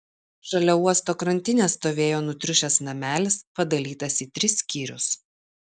šalia uosto krantinės stovėjo nutriušęs namelis padalytas į tris skyrius